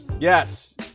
Yes